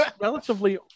relatively